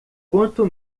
quanto